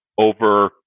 over